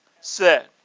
set